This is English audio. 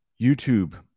YouTube